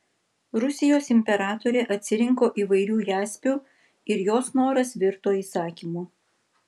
rusijos imperatorė atsirinko įvairių jaspių ir jos noras virto įsakymu